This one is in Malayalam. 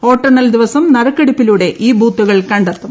വോട്ടെണ്ണൽ ദിവസം നറുക്കെടുപ്പിലൂടെ ഈ ബൂത്തുകൾ കണ്ടെത്തും